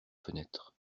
fenêtres